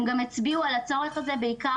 הם גם הצביעו על הצורך הזה בעיקר